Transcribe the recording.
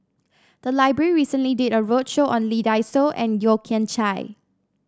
the library recently did a roadshow on Lee Dai Soh and Yeo Kian Chai